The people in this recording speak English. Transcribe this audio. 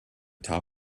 top